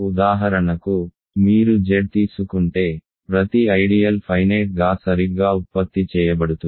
ఉదాహరణకు మీరు Z తీసుకుంటే ప్రతి ఐడియల్ ఫైనేట్ గా సరిగ్గా ఉత్పత్తి చేయబడుతుంది